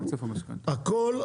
הכול,